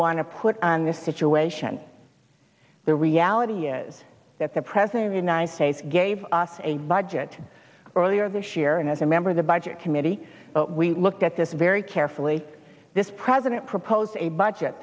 want to put on the situation the reality is that the president united states gave us a budget earlier this year and as a member of the budget committee but we looked at this very carefully this president proposed a budget